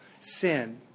sin